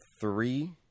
three